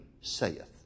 saith